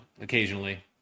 occasionally